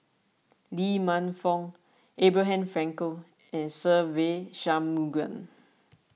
Lee Man Fong Abraham Frankel and Se Ve Shanmugam